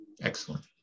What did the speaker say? Excellent